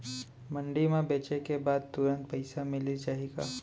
मंडी म बेचे के बाद तुरंत पइसा मिलिस जाही?